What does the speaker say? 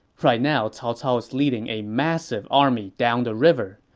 right now cao cao is leading a massive army down the river.